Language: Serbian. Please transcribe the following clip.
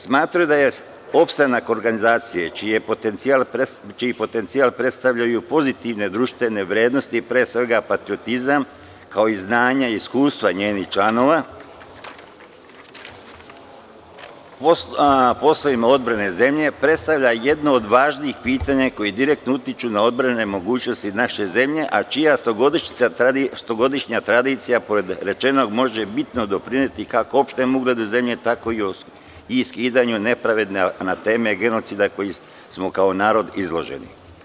Smatra da je opstanak organizacije čiji potencijal predstavljaju pozitivne društvene vrednosti, pre svega, patriotizam, kao i znanja i iskustva njenih članova, u poslovima odbrane zemlje, predstavlja jedno od važnijih pitanja koja direktno utiču na odbrane mogućnosti naše zemlje, a čija stogodišnjica, može bitno doprineti, kako opštem ugledu zemlje, tako i skidanju nepravedne anateme genocida gde smo kao narod izloženi.